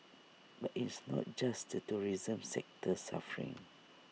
but it's not just the tourism sector suffering